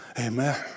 Amen